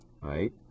right